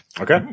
Okay